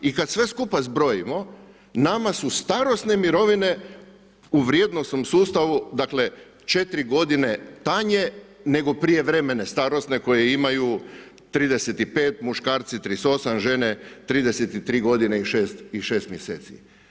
I kad sve skupa zbrojimo, nama su starosne mirovine u vrijednosnom sustavu dakle, 4 godine tanje nego prijevremene starosne koje imaju 35, muškarci 38, žene 33 godine i 6 mjeseci.